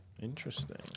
Interesting